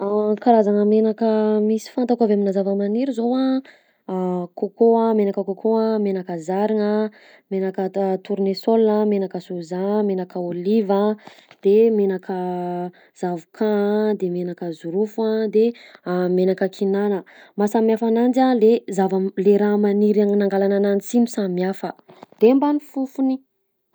Karazagna menaka misy fantako aminà zava-maniry zao a: coco a menaka coco a, menaka zarigna, menaka ta- tournesol a, menaka soja, menaka ôliva, de menaka zavokà, de menaka zirofo a, de menaka kinana; mahasamy hafa ananjy a le zava- le raha maniry agn'ny nagalana ananjy si no samy hafa, de mban'ny fofony.